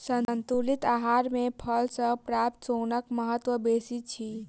संतुलित आहार मे फल सॅ प्राप्त सोनक महत्व बेसी अछि